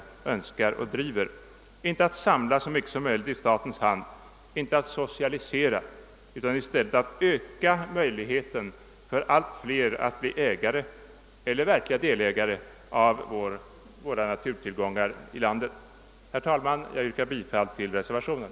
Den bör inte vara att samla så mycket som möjligt i statens hand, att socialisera, utan den bör i stället vara att öka möjligheterna för allt fler att bli ägare eller verkliga delägare till våra naturtillgångar. Herr talman! Jag ber att få yrka bifall till reservationen.